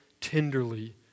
tenderly